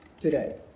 today